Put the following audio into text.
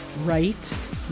right